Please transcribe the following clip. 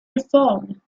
reform